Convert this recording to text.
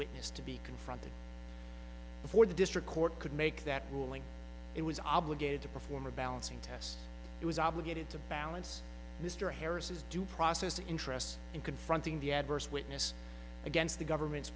witness to be confronted before the district court could make that ruling it was obligated to perform a balancing test it was obligated to balance mr harris his due process the interests in confronting the adverse witness against the government's